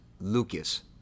Lucas